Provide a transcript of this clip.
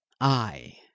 I